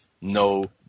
no